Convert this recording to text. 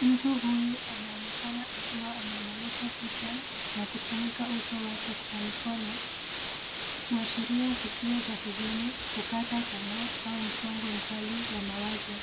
Mtu huyu anaonekana akiwa ameinamisha kichwa na kufunika uso wake kwa mikono ,kuashiria hisia za huzuni, kukata tamaa au msongo mkali wa mawazo